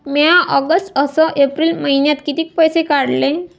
म्या ऑगस्ट अस एप्रिल मइन्यात कितीक पैसे काढले?